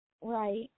Right